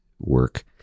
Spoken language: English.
work